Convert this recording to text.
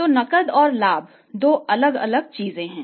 तो नकद और लाभ दो अलग अलग चीजें हैं